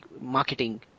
marketing